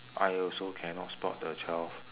I also cannot spot the twelfth